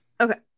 Okay